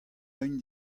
evn